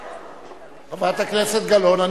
חברת הכנסת גלאון,